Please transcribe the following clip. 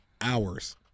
hours